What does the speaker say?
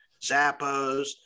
Zappos